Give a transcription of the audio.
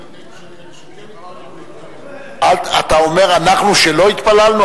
אתה אומר, אנחנו שלא התפללנו?